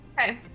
Okay